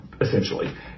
essentially